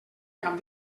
cap